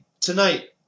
tonight